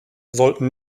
sollten